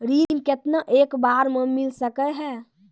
ऋण केतना एक बार मैं मिल सके हेय?